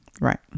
right